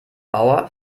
bauer